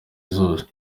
zose